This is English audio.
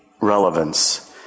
relevance